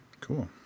Cool